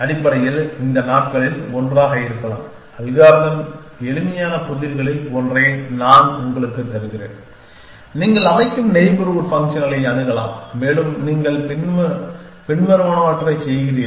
அடிப்படையில் இந்த நாட்களில் ஒன்றாக இருக்கலாம் அல்காரிதம் எளிமையான புதிர்களில் ஒன்றை நான் உங்களுக்கு தருகிறேன் நீங்கள் அமைக்கும் நெய்பர்ஹூட் ஃபங்க்ஷன்களை அணுகலாம் மேலும் நீங்கள் பின்வருவனவற்றை செய்கிறீர்கள்